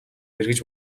эргэж